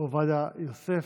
עובדיה יוסף,